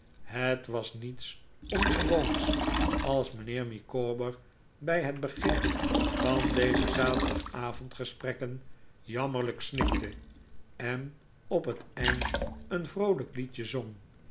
het was niets ongewoons als mijnheer micawber bij het begin van deze zaterdagavond gesprekken jammerlijk snikte en op het eind een vroolijk liedje zong